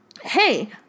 Hey